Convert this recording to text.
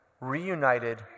reunited